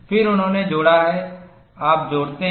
फिर उन्होंने जोड़ा है आप जोड़ते हैं